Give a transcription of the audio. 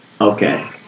Okay